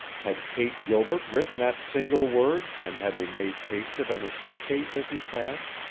had kate gilbert written that single word and had her maid paste it on his suit case as he passed,